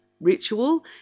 ritual